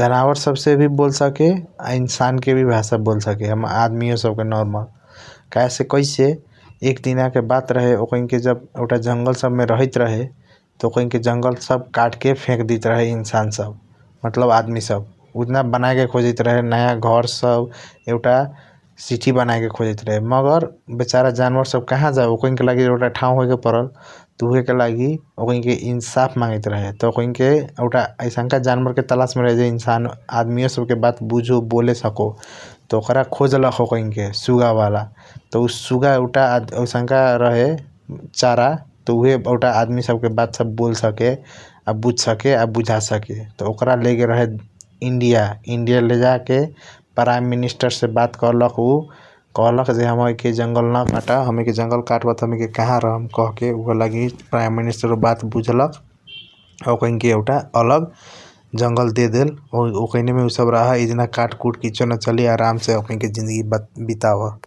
जनवॉर सब से व बोल सके आ इंसान के व भासा बोल सके आदमियों सबके णोर्नल ।. काहे की कैसा एकडीन बात रहे ओकैनके जब एउटा जंगल मे रहाइटा रहे ओकैनके जंगल सब कट के फेक देता रहे ईसन सब मतलब आदमी सब ।. उजाना बनाया के खोजईट रहे नया घर सब एउटा सिटी बाँयके खोजजाइट रहे मगर बेचारा जनवोर सब कहा जाऊ ऑकनी क लागि एउटा ठाऊ होयके परलखा ।. उहएके लागि ओकनी इंसाफ मगाइट रहे त ओकैनेके एउटा आईसंका जनवोर क तलस मे रहे आदमियों सब क बात बूझो बोले सखो ऑकरा खोजलख ओकनी के उ सुगा वाला ।. उ सुगा एउटा आईसंका चार रहे उहए एउटा आदमी सब बात बोल सक आ बुझा सके आ बुझा सके ओकर लेगएल रहे इंडिया ओकर इंडिया लेजके प्रीमएमिनिसतेर से बात करलख उ कहलख हमणिक जंगल न काटा ।. हमीनी के जंगल कटवा त हमीनी के कहा रहम कहक ऊहएलगी प्रीमएमिनिसतेर बात बुझलख आ ओकनी एउटा आलगा जंगल देड़ेल ओकैनमे उसब रहा एजगा काटकूट किसियों न चली आराम से ज़िंदगी बितव ।.